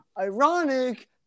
ironic